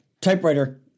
typewriter